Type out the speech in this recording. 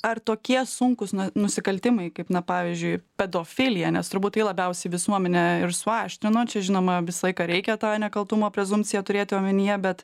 ar tokie sunkūs nusikaltimai kaip na pavyzdžiui pedofilija nes turbūt tai labiausiai visuomenę ir suaštrino čia žinoma visą laiką reikia tą nekaltumo prezumpciją turėti omenyje bet